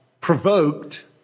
provoked